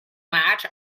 much